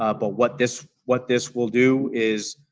ah but what this what this will do is